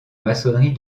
maçonnerie